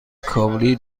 کابلی